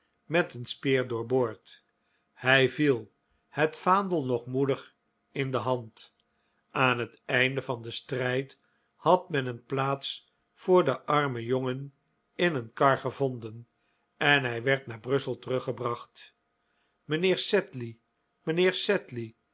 met een speer doorboord hij viel het vaandel nog moedig in de hand aan het einde van den strijd had men een plaats voor den armen jongen in een kar gevonden en hij werd naar brussel teruggebracht mijnheer sedley mijnheer